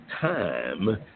time